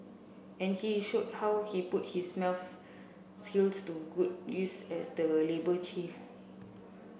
and he showed how he put his maths skills to good use as the labour chief